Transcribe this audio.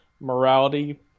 morality